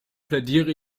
plädiere